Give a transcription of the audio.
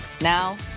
Now